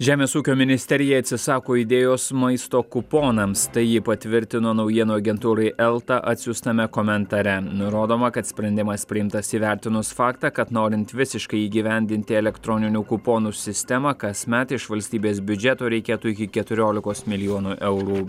žemės ūkio ministerija atsisako idėjos maisto kuponams tai ji patvirtino naujienų agentūrai elta atsiųstame komentare nurodoma kad sprendimas priimtas įvertinus faktą kad norint visiškai įgyvendinti elektroninių kuponų sistemą kasmet iš valstybės biudžeto reikėtų iki keturiolikos milijonų eurų